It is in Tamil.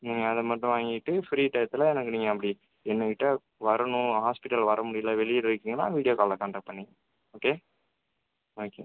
நீங்கள் அதை மட்டும் வாங்கிக்கிட்டு ஃப்ரீ டைத்தில் எனக்கு நீங்கள் அப்படி என்கிட்ட வரணும் ஹாஸ்பிட்டல் வரமுடியல வெளியூர் இருக்கீங்கன்னா வீடியோ காலில் காண்டக்ட் பண்ணுங்கள் ஓகே தேங்க் யூ